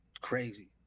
crazy